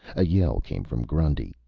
a yell came from grundy.